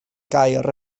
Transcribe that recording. gair